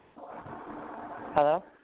hello